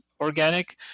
organic